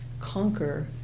conquer